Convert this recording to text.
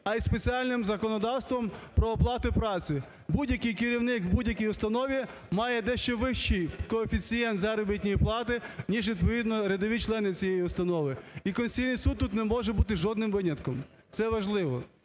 а й спеціальним законодавством про оплату праці. Будь-який керівник в будь-якій установі має дещо вищий коефіцієнт заробітної плати, ніж, відповідно, рядові члени цієї установи. І Конституційний Суд тут не може бути жодним винятком. Це важливо.